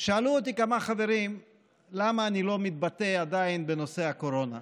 שאלו אותי כמה חברים למה אני לא מתבטא עדיין בנושא הקורונה,